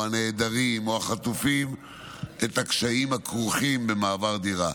הנעדרים או החטופים את הקשיים הכרוכים במעבר דירה.